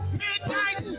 midnight